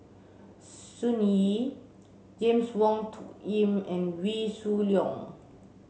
Sun Yee James Wong Tuck Yim and Wee Shoo Leong